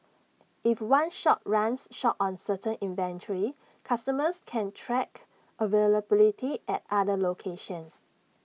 if one shop runs short on certain inventory customers can track availability at other locations